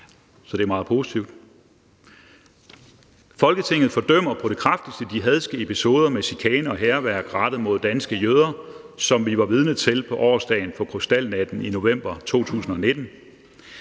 vedtagelse »Folketinget fordømmer på det kraftigste de hadske episoder med chikane og hærværk rettet mod danske jøder, som vi var vidne til på årsdagen for Krystalnatten i november 2019.